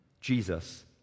Jesus